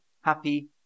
happy